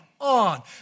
on